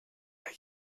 der